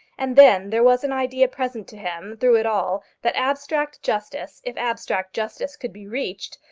and then there was an idea present to him through it all that abstract justice, if abstract justice could be reached,